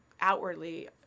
outwardly